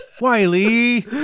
Wiley